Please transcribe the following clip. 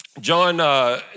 John